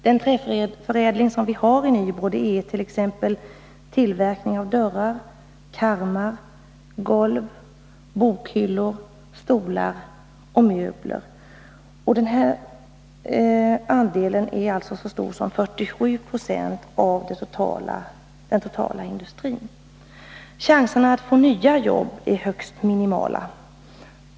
Den träförädling som vi har i Nybro är t.ex. tillverkning av dörrar, karmar, golv samt bokhyllor, stolar och andra möbler. Denna andel är alltså så stor som 47 0 av den totala industrin. Chanserna att få nya jobb är högst minimala.